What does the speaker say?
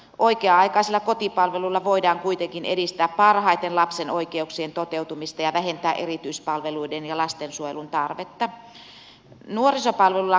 oikea aikaisella kotipalvelulla voidaan kuitenkin edistää parhaiten lapsen oikeuksien toteutumista ja vähentää erityispalveluiden ja lastensuojelun tarvetta